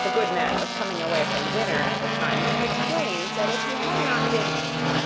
the good man was coming away from dinner at the time and explains that if he had not been